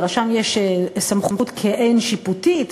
לרשם יש סמכות כעין-שיפוטית,